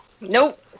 Nope